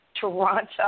Toronto